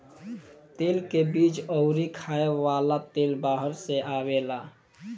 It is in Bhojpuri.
तेल के बीज अउरी खाए वाला तेल बाहर से आवेला